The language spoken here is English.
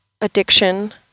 addiction